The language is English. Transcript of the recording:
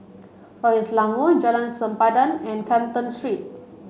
Royal Selangor Jalan Sempadan and Canton Street